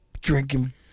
drinking